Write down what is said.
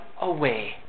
away